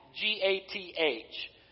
G-A-T-H